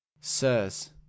sirs